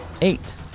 eight